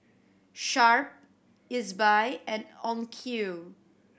Sharp Ezbuy and Onkyo